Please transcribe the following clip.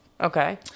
Okay